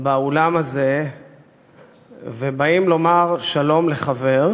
באולם הזה ובאים לומר שלום לחבר,